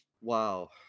wow